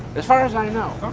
as far as i know.